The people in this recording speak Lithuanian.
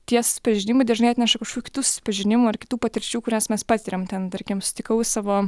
tie susipažinimai dažnai atneša kažkokių kitų susipažinimų ar kitų patirčių kurias mes patiriam ten tarkim sutikau savo